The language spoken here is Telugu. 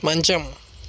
మంచం